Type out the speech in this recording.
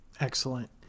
Excellent